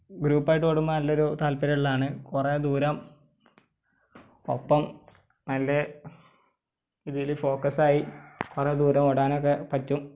ഗ്രൂപ്പായിട്ട് ഓടുമ്പോൾ നല്ലൊരു താൽപര്യമുള്ളതാണ് കുറെ ദൂരം ഒപ്പം നല്ല ഇതില് ഫോക്കസായി കുറെ ദൂരം ഓടാനൊക്കെ പറ്റും